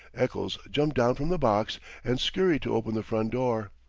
eccles jumped down from the box and scurried to open the front door.